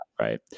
Right